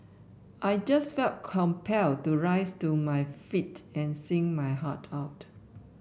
I just felt compelled to rise to my feet and sing my heart out